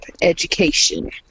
education